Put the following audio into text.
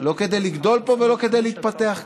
לא כדי לגדול פה ולא כדי להתפתח כאן.